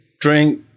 drink